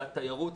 זה התיירות,